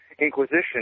Inquisition